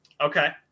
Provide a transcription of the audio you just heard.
Okay